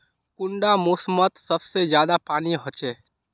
कुंडा मोसमोत सबसे ज्यादा पानी होचे?